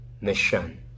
mission